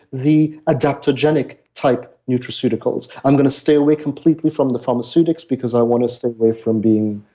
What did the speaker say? the adaptogenic type nutraceuticals. i'm going to stay away completely from the pharmaceutics because i want to stay away from being.